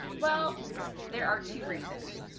well there are two reasons.